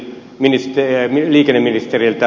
kysyisin liikenneministeriltä